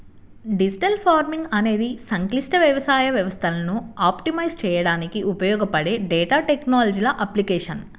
digital farming అనేది సంక్లిష్ట వ్యవసాయ వ్యవస్థలను ఆప్టిమైజ్ చేయడానికి ఉపయోగపడే డేటా టెక్నాలజీల అప్లికేషన్